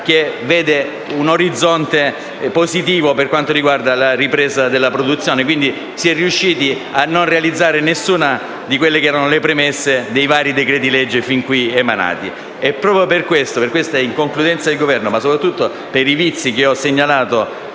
che è senza un orizzonte positivo per quanto riguarda la ripresa della produzione. Si è quindi riusciti a non realizzare nessuna delle premesse dei vari decreti-legge fin qui emanati. Proprio per questo, per l'inconcludenza del Governo, ma soprattutto per i vizi che ho segnalato